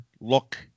look